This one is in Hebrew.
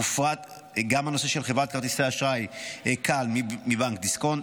הופרד גם הנושא של חברת כרטיסי אשראי כאל מבנק דיסקונט,